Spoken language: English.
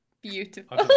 beautiful